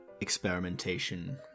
experimentation